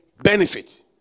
benefit